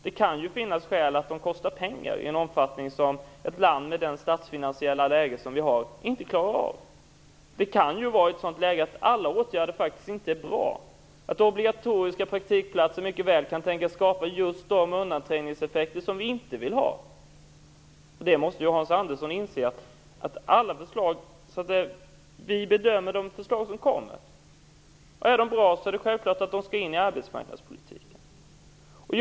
Det kan vara sådana skäl som att de kostar pengar i en omfattning som ett land med det statsfinansiella läge som vårt land har inte klarar av. Det kan vara ett sådant läge att alla åtgärder faktiskt inte är bra, att obligatoriska praktikplatser mycket väl kan tänkas skapa just de undanträngningseffekter som vi inte vill ha. Hans Andersson måste inse att vi bedömer alla förslag som kommer. Är de bra är det självklart att de skall in i arbetsmarknadspolitiken.